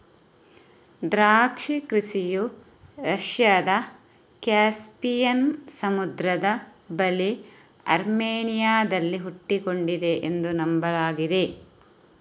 ದ್ರಾಕ್ಷಿ ಕೃಷಿಯು ರಷ್ಯಾದ ಕ್ಯಾಸ್ಪಿಯನ್ ಸಮುದ್ರದ ಬಳಿ ಅರ್ಮೇನಿಯಾದಲ್ಲಿ ಹುಟ್ಟಿಕೊಂಡಿದೆ ಎಂದು ನಂಬಲಾಗಿದೆ